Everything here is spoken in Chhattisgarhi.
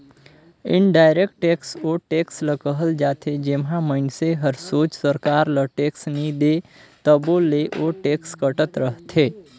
इनडायरेक्ट टेक्स ओ टेक्स ल कहल जाथे जेम्हां मइनसे हर सोझ सरकार ल टेक्स नी दे तबो ले ओ टेक्स कटत रहथे